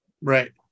Right